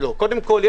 קודם כל,